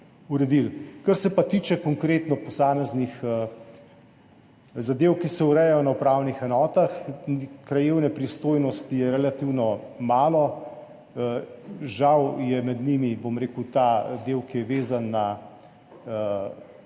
uredili. Kar se pa tiče konkretno posameznih zadev, ki se urejajo na upravnih enotah – krajevne pristojnosti je relativno malo. Žal je med njimi ta del, ki je vezan na tujce,